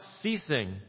ceasing